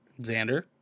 Xander